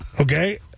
Okay